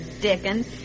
dickens